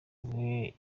iguhe